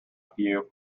few